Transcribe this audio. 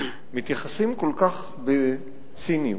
מתייחסים כל כך בציניות,